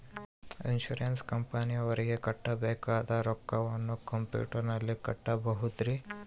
Insurance ಕಂಪನಿಯವರಿಗೆ ಕಟ್ಟಬೇಕಾದ ರೊಕ್ಕವನ್ನು ಕಂಪ್ಯೂಟರನಲ್ಲಿ ಕಟ್ಟಬಹುದ್ರಿ?